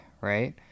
right